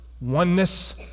oneness